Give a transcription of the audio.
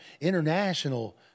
international